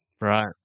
Right